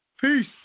Peace